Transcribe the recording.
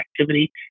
activity